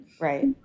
Right